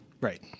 Right